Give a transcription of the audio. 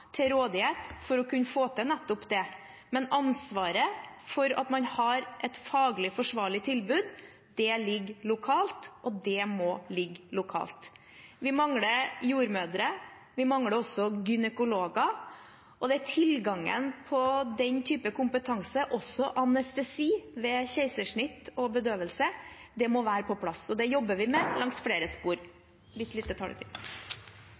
til rådighet for å kunne få til nettopp det, men ansvaret for at man har et faglig forsvarlig tilbud, ligger lokalt, og det må ligge lokalt. Vi mangler jordmødre, vi mangler også gynekologer, og tilgangen på den typen kompetanse – også anestesi ved keisersnitt og bedøvelse – må være på plass. Det jobber vi med langs flere